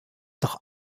doch